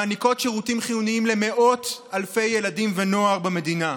מעניקות שירותים חיוניים למאות אלפי ילדים ונוער במדינה.